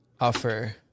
offer